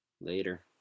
later